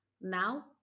now